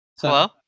Hello